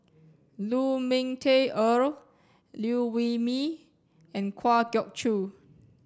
Lu Ming Teh Earl Liew Wee Mee and Kwa Geok Choo